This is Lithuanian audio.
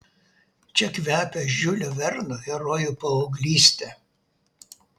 čia kvepia žiulio verno herojų paauglyste